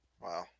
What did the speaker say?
wow